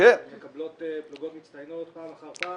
הן מקבלות פלוגות מצטיינות פעם אחר פעם.